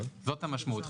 זאת המשמעות.